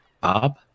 Bob